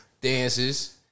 Dances